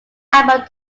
album